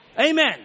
Amen